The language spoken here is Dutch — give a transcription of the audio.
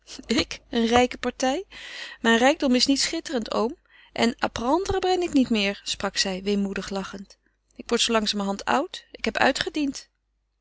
ik een rijke partij mijn rijkdom is niet schitterend oom en à prendre ben ik niet meer sprak zij weemoedig lachend ik word zoo langzamerhand oud ik heb uitgediend